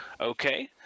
okay